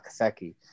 Kaseki